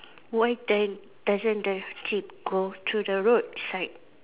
why does doesn't the jeep go to the road side